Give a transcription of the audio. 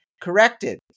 corrected